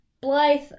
Blythe